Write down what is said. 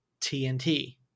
TNT